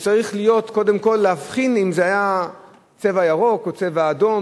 הוא צריך קודם כול להבחין אם זה היה צבע ירוק או צבע אדום,